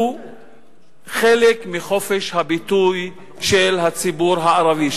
הוא חלק מחופש הביטוי של הציבור הערבי,